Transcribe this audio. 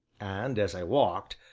and, as i walked,